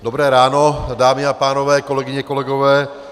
Dobré ráno, dámy a pánové, kolegyně, kolegové.